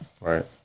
Right